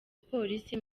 polisi